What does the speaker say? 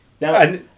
Now